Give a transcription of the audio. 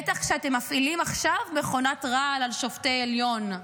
בטח כשאתם מפעילים עכשיו מכונת רעל על שופטי עליון.